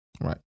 right